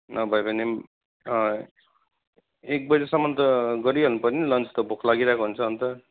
नभए भने पनि एक बजेसम्म त गरिहाल्नु पऱ्यो नि लन्च त भोक लागिरहेको हुन्छ अन्त